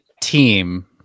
team